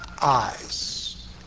eyes